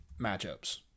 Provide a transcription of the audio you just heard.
matchups